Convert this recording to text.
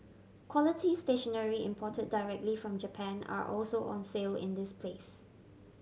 quality stationery imported directly from Japan are also on sale in this place